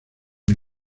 una